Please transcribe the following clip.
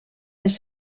les